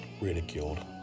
Ridiculed